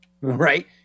right